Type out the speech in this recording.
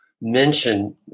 mention